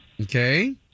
Okay